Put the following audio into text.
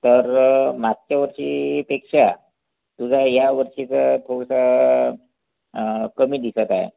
तर मागच्या वर्षीपेक्षा तुझा यावर्षीचा बहुधा कमी दिसत आहे